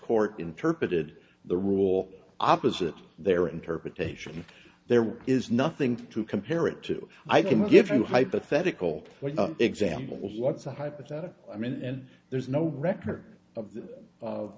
court interpreted the rule opposite their interpretation there is nothing to compare it to i can give you a hypothetical example what's a hypothetical i mean and there's no record of the